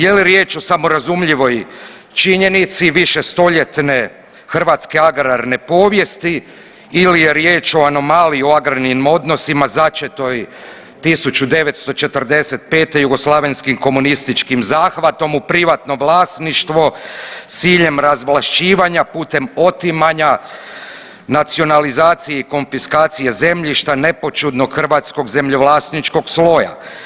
Je li riječ o samorazumljivoj činjenici višestoljetne hrvatske agrarne povijesti ili je riječ o anomaliji o agrarnim odnosima začetoj 1945. jugoslavenskim komunističkim zahvatom u privatno vlasništvo s ciljem razvlaščivanja putem otimanja nacionalizaciji i konfiskacije zemljišta nepoćudnog hrvatskog zemljovlasničkog sloja.